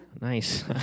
Nice